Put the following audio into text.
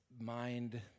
mind